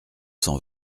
cent